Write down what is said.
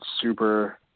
super